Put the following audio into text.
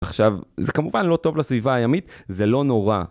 עכשיו, זה כמובן לא טוב לסביבה הימית, זה לא נורא.